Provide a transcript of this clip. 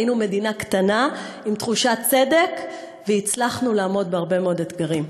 היינו מדינה קטנה עם תחושת צדק והצלחנו לעמוד בהרבה מאוד אתגרים.